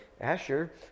Asher